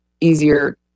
easier